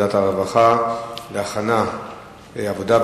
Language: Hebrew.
לוועדת העבודה,